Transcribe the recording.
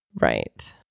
right